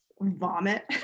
vomit